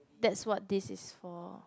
that's what this is for